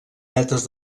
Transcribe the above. vetes